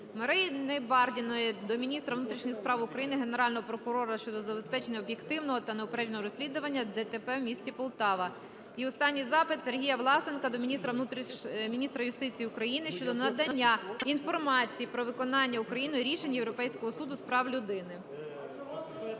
Марини Бардіної до міністра внутрішніх справ України, Генерального прокурора щодо забезпечення об'єктивного та неупередженого розслідування ДТП в місті Полтава. І останній запит Сергія Власенка до міністра юстиції України щодо надання інформації про виконання Україною рішень Європейського суду з прав людини.